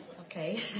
Okay